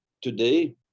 Today